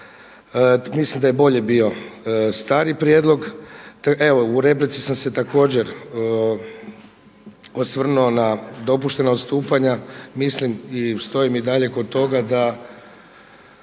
Mislim da je bolje bio stari prijedlog. Evo u replici sam se također osvrnuo na dopuštenost ustupanja mislim i stojim i dalje kod toga da